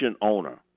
owner